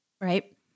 right